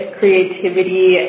creativity